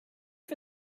for